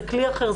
זה כלי אחר,